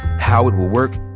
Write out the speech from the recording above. how it will work,